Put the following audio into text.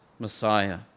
Messiah